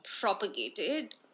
propagated